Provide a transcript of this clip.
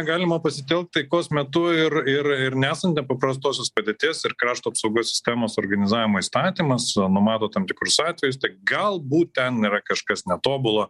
galima pasitelkt taikos metu ir ir ir nesant nepaprastosios padėties ir krašto apsaugos sistemos organizavimo įstatymas numato tam tikrus atvejus tai galbūt ten yra kažkas netobula